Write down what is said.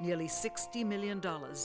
nearly sixty million dollars